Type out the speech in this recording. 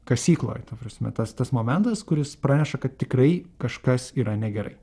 kasykloj ta prasme tas tas momentas kuris praneša kad tikrai kažkas yra negerai